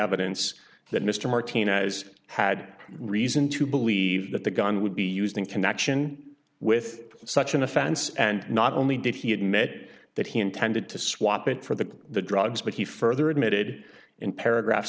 evidence that mr martinez had reason to believe that the gun would be used in connection with such an offense and not only did he admit that he intended to swap it for the the drugs but he further admitted in paragraph